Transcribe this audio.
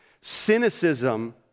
cynicism